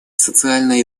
социальная